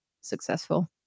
successful